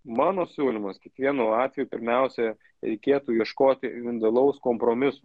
mano siūlymas kiekvienu atveju pirmiausia reikėtų ieškoti individualaus kompromiso